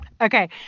Okay